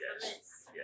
yes